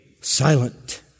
silent